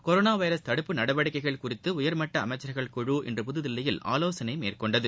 corona virus தடுப்பு நடவடிக்கைகள் குறித்து உயர்மட்ட அமைச்சர்கள் குழு இன்று புதுதில்லியில் ஆலோசனை மேற்கொண்டது